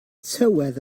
tywydd